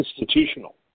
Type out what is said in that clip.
institutional